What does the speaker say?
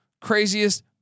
craziest